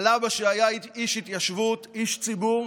על אבא, שהיה איש התיישבות, איש ציבור,